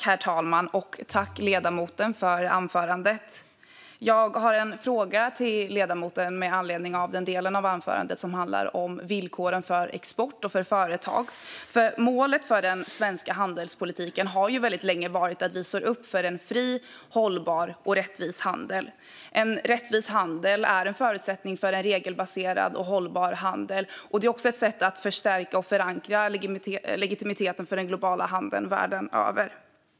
Herr talman! Tack, ledamoten, för anförandet! Jag har en fråga till ledamoten med anledning av den del av anförandet som handlade om villkoren för export och för företag. Målet för den svenska handelspolitiken har länge varit att vi står upp för en fri, hållbar och rättvis handel. Rättvis handel är en förutsättning för regelbaserad och hållbar handel. Det är också ett sätt att förstärka och förankra legitimiteten för den globala handeln världen över.